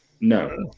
No